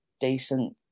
decent